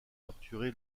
torturé